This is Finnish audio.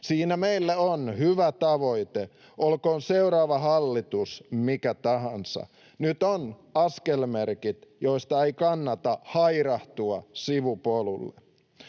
Siinä meillä on hyvä tavoite, olkoon seuraava hallitus mikä tahansa. Nyt on askelmerkit, joista ei kannata hairahtua sivupolulle.